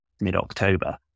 mid-October